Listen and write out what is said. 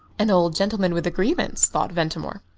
an old gentleman with a grievance, thought ventimore.